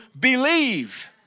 believe